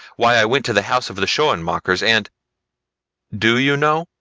why i went to the house of the schoenmakers and do you know?